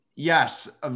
Yes